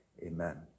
Amen